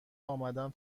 آمدم